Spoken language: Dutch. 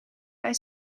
bij